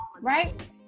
right